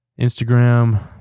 Instagram